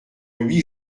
huit